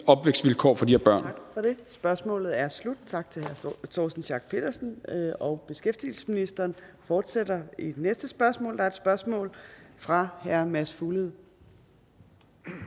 næstformand (Trine Torp): Tak for det. Spørgsmålet er slut. Tak til hr. Torsten Schack Pedersen. Beskæftigelsesministeren fortsætter i det næste spørgsmål, og det er fra hr. Mads Fuglede.